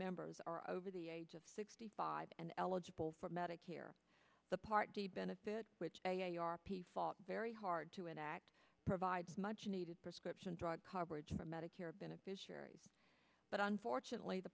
members are over the age of sixty five and eligible for medicare part d benefit which are very hard to enact provides much needed prescription drug coverage for medicare beneficiaries but unfortunately the